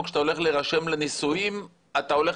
או שכשאתה הולך להירשם לנישואים אתה הולך